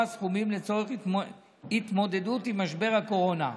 סכומים לצורך התמודדות עם משבר הקורונה.